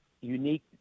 unique